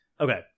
Okay